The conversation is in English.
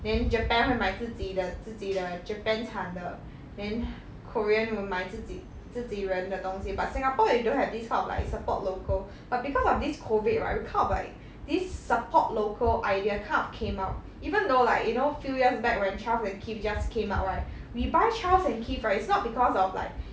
then japan 会买自己的自己的 japan 产的 then korean will 买自己自己人的东西 but singapore you don't have this kind of like support local but because of this COVID right we kind of like this support local idea kind of came out even though like you know few years back when charles and keith just came up right we buy charles and keith right it's not because of like